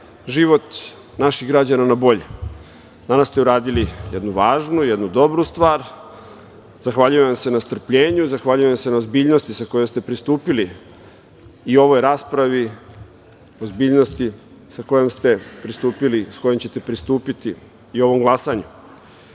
život naših građana na bolje. Danas ste uradili jednu važnu, jednu dobru stvar. Zahvaljujem vam se na strpljenju. Zahvaljujem se na ozbiljnosti sa kojom ste pristupili i ovoj raspravi, ozbiljnosti sa kojom ste pristupili, sa kojom ćete pristupiti i ovom glasanju. Ja